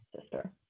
sister